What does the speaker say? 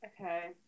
Okay